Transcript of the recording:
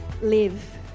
live